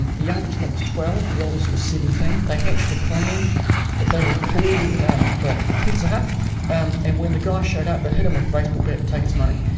and the youngest of them was twelve, the oldest was seventeen. they hatched a plan that they would call and the pizza hut and and when the guy showed up, they'd hit him with a baseball bat and take his money.